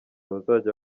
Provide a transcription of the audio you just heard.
bazajya